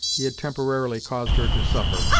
he had temporarily caused her to suffer,